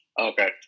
Okay